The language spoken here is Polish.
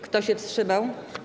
Kto się wstrzymał?